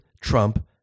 Trump